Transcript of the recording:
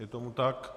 Je tomu tak.